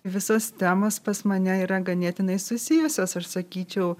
visos temos pas mane yra ganėtinai susijusios aš sakyčiau